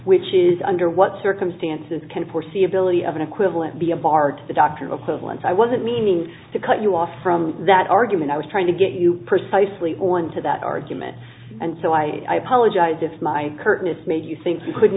which is under what circumstances can foreseeability of an equivalent be a bar to the doctrine of civil and i wasn't meaning to cut you off from that argument i was trying to get you precisely on to that argument and so i apologize if my curtness made you think we couldn't